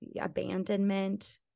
abandonment